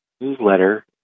newsletter